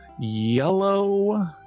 yellow